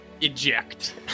eject